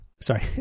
sorry